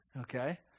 okay